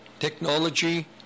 technology